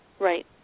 Right